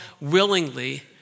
willingly